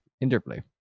Interplay